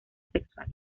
sexual